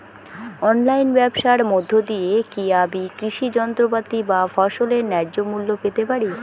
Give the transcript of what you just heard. অনলাইনে ব্যাবসার মধ্য দিয়ে কী আমি কৃষি যন্ত্রপাতি বা ফসলের ন্যায্য মূল্য পেতে পারি?